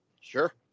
Sure